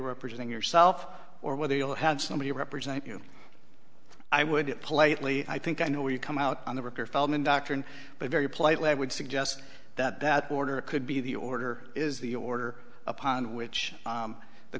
representing yourself or whether you'll have somebody represent you i would politely i think i know where you come out on the worker feldman doctrine but very politely i would suggest that that order could be the order is the order upon which